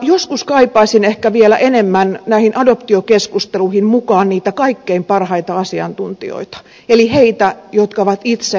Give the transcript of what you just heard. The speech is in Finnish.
joskus kaipaisin ehkä vielä enemmän näihin adoptiokeskusteluihin mukaan niitä kaikkein parhaita asiantuntijoita eli niitä jotka on itse adoptoitu lapsena